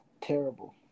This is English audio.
terrible